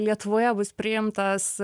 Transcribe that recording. lietuvoje bus priimtas